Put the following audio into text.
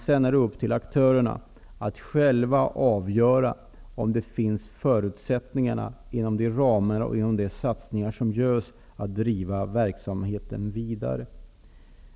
Sedan är det aktörernas sak att själva avgöra om det i och med de satsningar som görs och inom gällande ramar finns förutsättningar för att driva verksamheten vidare.